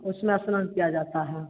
उसमें स्नान किया जाता है